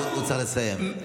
הוא צריך לסיים.